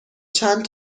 چند